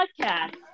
Podcast